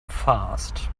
fast